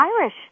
Irish